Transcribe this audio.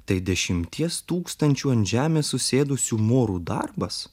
tai dešimties tūkstančių ant žemės susėdusių morų darbas